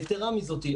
יתרה מזאת,